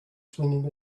swinging